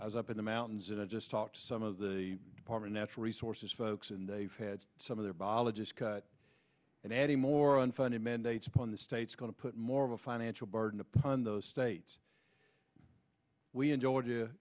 i was up in the mountains and i just talked to some of the department natural resources folks and they've had some of their biologists cut and adding more unfunded mandates upon the states going to put more of a financial burden upon those states we in georgia